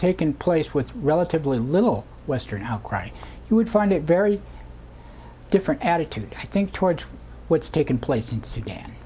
taken place with relatively little western outcry you would find it very different attitude i think toward what's taken place in sudan